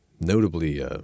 notably